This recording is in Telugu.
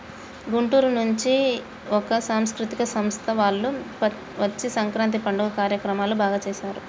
గుంటూరు నుంచి ఒక సాంస్కృతిక సంస్థ వాళ్ళు వచ్చి సంక్రాంతి పండుగ కార్యక్రమాలు బాగా సేశారు